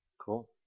Cool